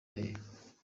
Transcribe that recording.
hehe